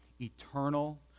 eternal